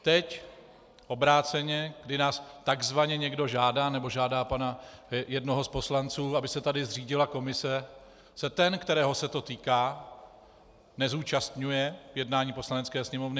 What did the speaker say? Teď obráceně, kdy nás takzvaně někdo žádá, nebo žádá jednoho z poslanců, aby se tady zřídila komise, se ten, kterého se to týká, nezúčastňuje jednání Poslanecké sněmovny.